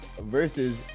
versus